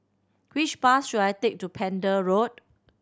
which bus should I take to Pender Road